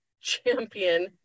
champion